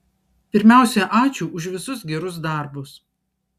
pirmiausia ačiū už visus gerus darbus